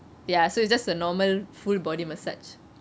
ya so it's just a normal full body massage